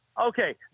Okay